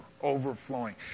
overflowing